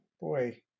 boy